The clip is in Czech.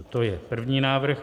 To je první návrh.